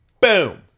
Boom